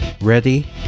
ready